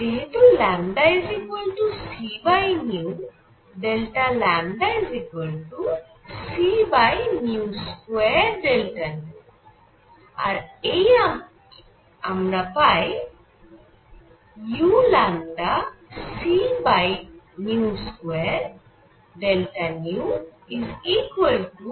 যেহেতু λc λc2 Δ আর তাই আমরা পাই uc2 Δνu